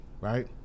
right